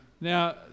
now